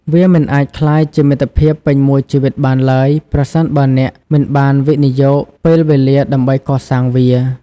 វាមិនអាចក្លាយជាមិត្តភាពពេញមួយជីវិតបានឡើយប្រសិនបើអ្នកមិនបានវិនិយោគពេលវេលាដើម្បីកសាងវា។